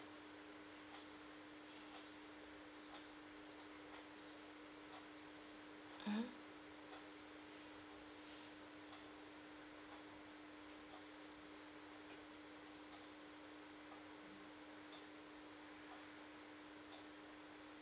mmhmm